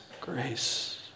grace